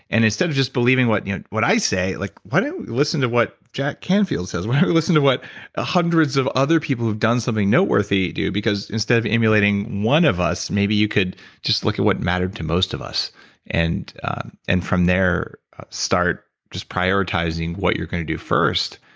and instead of just believing what you know what i say, like, why don't we listen to what jack canfield says? why don't we listen to what ah hundreds of other people who have done something noteworthy do because instead of emulating one of us, maybe you could just look at what mattered to most of us and and from there start just prioritizing what you're going to do first,